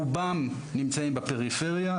רובם נמצאים בפריפריה,